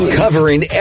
covering